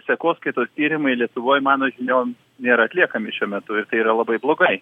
sekoskaitos tyrimai lietuvoj mano žiniom nėra atliekami šiuo metu ir tai yra labai blogai